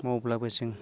मावब्लाबो जों